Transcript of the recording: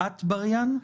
אטבריאן,